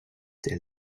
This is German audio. der